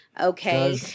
okay